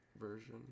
version